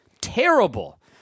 terrible